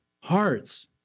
hearts